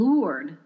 Lord